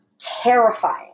terrifying